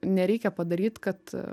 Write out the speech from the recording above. nereikia padaryt kad